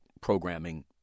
programming